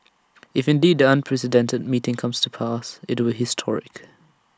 if indeed the unprecedented meeting comes to pass IT will historic